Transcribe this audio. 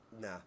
Nah